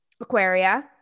Aquaria